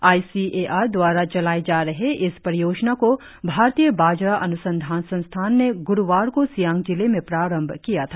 I C A R द्वारा चलाए जा रहे इस परियोजना को भारतीय बाजरा अनुसंधान संस्थान ने ग्रुवार को सियांग जिले में प्रारंभ किया था